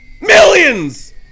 MILLIONS